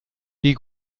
die